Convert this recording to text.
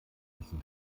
müssen